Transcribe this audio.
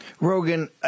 Rogan